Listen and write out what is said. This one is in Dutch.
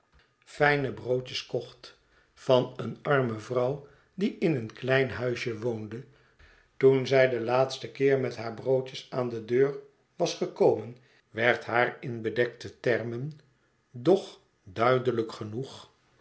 fijne broodjes kocht van een arm e vrouw die in een klein huisje woonde to en zij den laatsten keer met haar broodjes aan de deur was gekomen werd haar in bedektetermen doch duidelijk genoeg